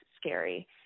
scary